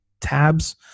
tabs